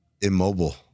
immobile